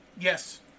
yes